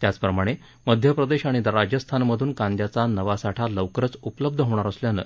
त्याचप्रमाणे मध्यप्रदेश आणि राजस्थानमधून कांद्याचा नवा साठा लवकरच उपलब्ध होणार असल्यानं